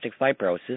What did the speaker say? fibrosis